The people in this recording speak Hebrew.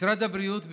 משרד הבריאות,